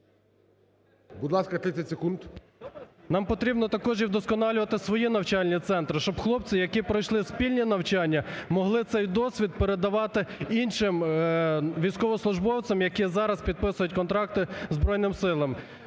нам потрібно також і вдосконалювати свої навчальні центри. Щоб хлопці, які пройшли спільні навчання, могли цей досвід передавати іншим військовослужбовцям, які зараз підписують контракти, Збройним Силам.